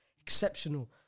exceptional